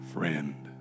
Friend